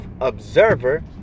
observer